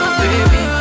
baby